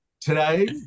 today